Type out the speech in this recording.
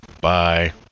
bye